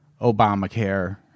Obamacare